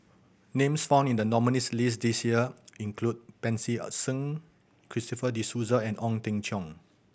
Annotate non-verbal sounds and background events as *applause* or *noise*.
names found in the nominees' list this year include Pancy *unintelligible* Seng Christopher De Souza and Ong Teng Cheong